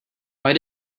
why